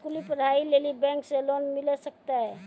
स्कूली पढ़ाई लेली बैंक से लोन मिले सकते?